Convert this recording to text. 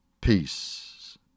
peace